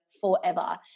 forever